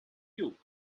you